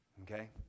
Okay